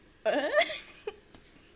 what